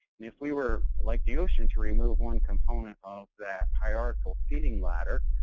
if we were like yeah ocean, to remove one component of that hierarchical feeding ladder,